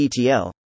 ETL